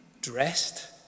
dressed